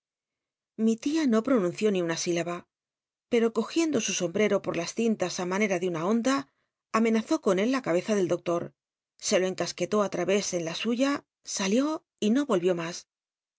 mi tia no pronun ció ni una silaba pero cogi nd o su sombe o por las cintas ü manera de una honda amenazó con él la cabeza del doctor se lo cncas uetó á lra és en la suya saliú y no m lvió ma